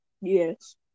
Yes